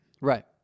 right